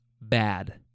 bad